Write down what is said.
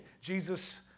Jesus